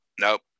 nope